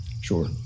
sure